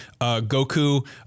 Goku